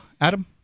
Adam